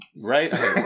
Right